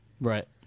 Right